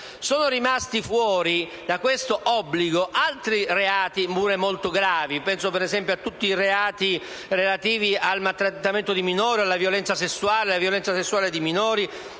Sono rimasti fuori da questo obbligo altri reati pure molto gravi: penso - ad esempio - a tutti i reati relativi al maltrattamento dei minori, alla violenza sessuale, alla violenza sessuale sui minori,